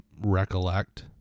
recollect